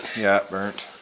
yeah, burnt.